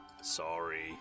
Sorry